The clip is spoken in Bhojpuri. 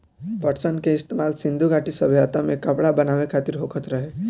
पटसन के इस्तेमाल सिंधु घाटी सभ्यता में कपड़ा बनावे खातिर होखत रहे